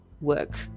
work